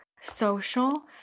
social